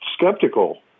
skeptical